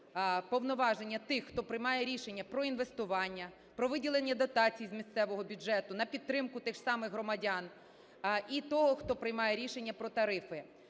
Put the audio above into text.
повноваження тих, хто приймає рішення про інвестування, про виділення дотацій з місцевого бюджету, на підтримку тих самих громадян, і того, хто приймає рішення про тарифи.